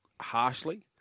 harshly